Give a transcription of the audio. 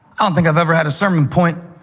i don't think i've ever had a sermon point